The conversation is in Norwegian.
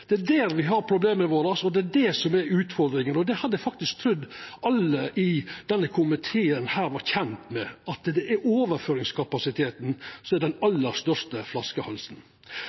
Det hadde eg faktisk trudd alle i denne komiteen var kjende med, at det er overføringskapasiteten som er den aller største flaskehalsen. Difor sette Solberg-regjeringa ned Nakstad-utvalet. Dei skal levera til sommaren. Eg håpar at det